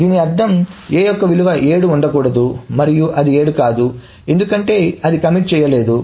దీని అర్థం A యొక్క విలువ 7 ఉండకూడదు మరియు అది 7 కాదు ఎందుకంటే అది కమిట్ చెయ్యలేదు